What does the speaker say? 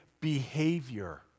behavior